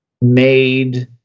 made